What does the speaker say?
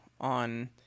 on